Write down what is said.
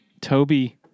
Toby